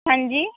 ਹਾਂਜੀ